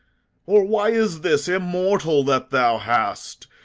or why is this immortal that thou hast?